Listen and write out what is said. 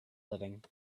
living